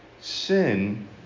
Sin